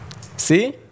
See